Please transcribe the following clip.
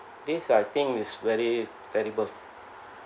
this I think is very terrible